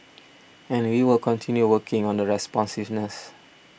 and we will continue working on the responsiveness